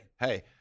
Hey